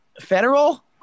Federal